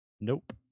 Nope